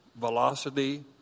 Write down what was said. velocity